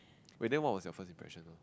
wait then what was your first impression of